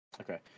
Okay